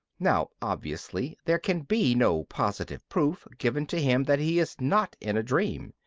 now, obviously there can be no positive proof given to him that he is not in a dream,